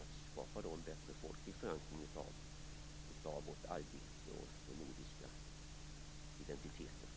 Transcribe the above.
Det skapar en bättre folklig förankring av vårt arbete och den nordiska identiteten.